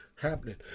happening